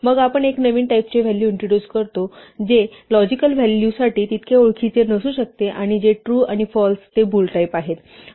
मग आपण एक नवीन टाईपचे व्हॅल्यू इंट्रोड्यूस करतो जे लॉजिकल व्हॅलूसाठी तितके ओळखीचे नसू शकते आणि जे ट्रू आणि फाल्स आहेत ते बूल टाईप आहेत